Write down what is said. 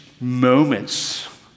moments